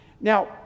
Now